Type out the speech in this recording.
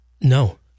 No